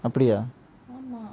அப்டியா:apdiya